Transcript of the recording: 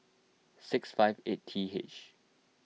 six five eight T H